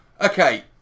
Okay